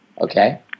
Okay